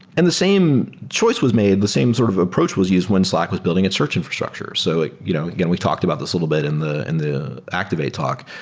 and the same choice was made, the same sort of approach was used when slack was building its search infrastructure. so you know again, we've talked about this a little bit in the and the activate talk.